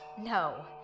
No